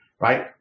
right